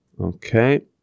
Okay